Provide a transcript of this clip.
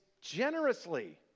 Generously